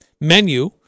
menu